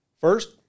First